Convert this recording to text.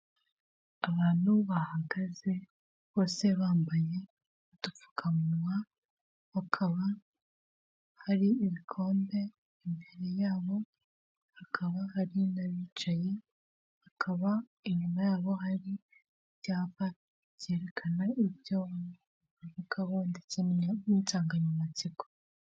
Abantu bahagaze bose bambaye udupfukamunwa hakaba hari ibikombe imbere y'abo, hakaba hari n'abicaye, hakaba inyuma y'abo hari ibyapa byerekana ibyo bavugaho ndetse n'insanganyamatsiko.